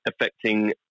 affecting